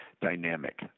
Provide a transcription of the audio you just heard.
dynamic